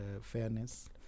fairness